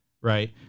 Right